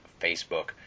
Facebook